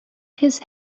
his